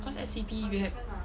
cause S_E_P very